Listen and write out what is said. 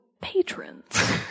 patrons